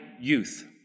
youth